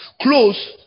Close